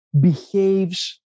behaves